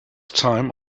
time